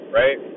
right